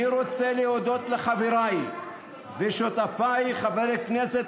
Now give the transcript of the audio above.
אני רוצה להודות לחבריי ושותפיי חברי הכנסת